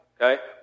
okay